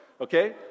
Okay